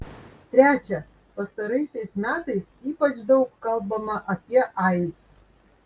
trečia pastaraisiais metais ypač daug kalbama apie aids